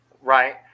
Right